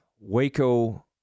Waco